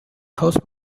coast